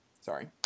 Sorry